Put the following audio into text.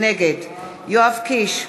נגד יואב קיש,